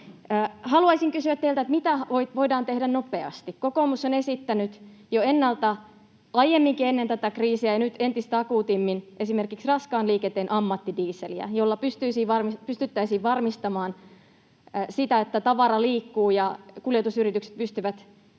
Haluaisin kysyä teiltä, mitä voidaan tehdä nopeasti. Kokoomus on esittänyt jo ennalta aiemmikin, ennen tätä kriisiä, ja nyt entistä akuutimmin esimerkiksi raskaan liikenteen ammattidieseliä, jolla pystyttäisiin varmistamaan, että tavara liikkuu ja kuljetusyritykset pystyvät